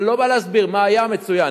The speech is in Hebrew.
אני לא בא להסביר מה היה, מצוין.